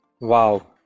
Wow